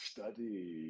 Study